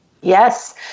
Yes